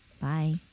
Bye